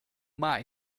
mai